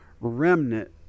remnant